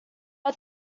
are